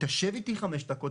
תשב איתי 5 דקות,